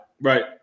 right